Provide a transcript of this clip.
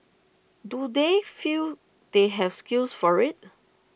do they feel they have skills for IT